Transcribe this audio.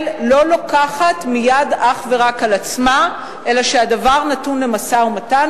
לא לוקחת מייד אך ורק על עצמה אלא שהדבר נתון למשא-ומתן.